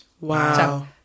Wow